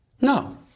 No